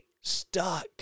stuck